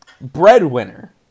Breadwinner